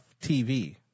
TV